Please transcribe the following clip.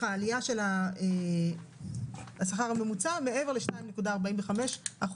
השכר הממוצע מעבר ל-2.45%,